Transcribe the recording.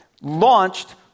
launched